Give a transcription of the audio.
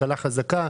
כלכלה חזקה,